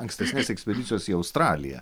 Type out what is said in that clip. ankstesnės ekspedicijos į australiją